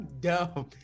dumb